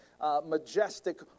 majestic